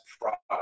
product